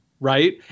right